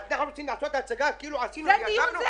אתם רוצים לעשות הצגה כאילו עשינו ועזרנו?